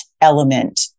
element